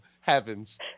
heavens